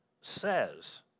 says